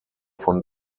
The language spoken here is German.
von